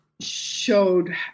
showed